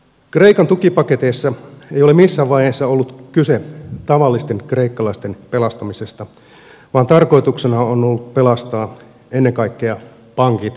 kreikan tukipaketeissa ei ole missään vaiheessa ollut kyse tavallisten kreikkalaisten pelastamisesta vaan tarkoituksena on ollut pelastaa ennen kaikkea pankit ja sijoittajat